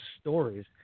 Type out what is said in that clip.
stories